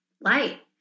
light